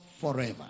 forever